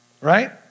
Right